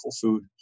food